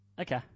Okay